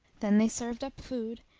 then they served up food,